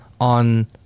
on